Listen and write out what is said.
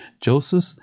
Joseph